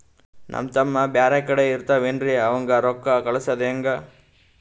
ನಮ್ ತಮ್ಮ ಬ್ಯಾರೆ ಕಡೆ ಇರತಾವೇನ್ರಿ ಅವಂಗ ರೋಕ್ಕ ಕಳಸದ ಹೆಂಗ?